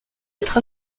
être